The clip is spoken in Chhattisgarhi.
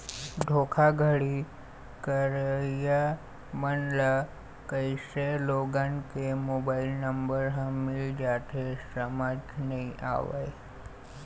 धोखाघड़ी करइया मन ल कइसे लोगन के मोबाईल नंबर ह मिल जाथे समझ नइ आवय